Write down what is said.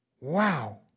Wow